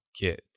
kids